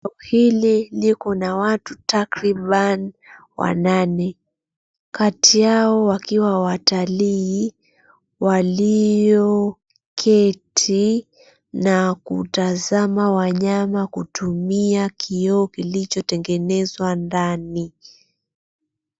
Eneo hili liko na watu takriban wanane kati yao wakiwa watalii walioketi na kutazama wanyama kutumia kioo kilichotengenezwa ndani.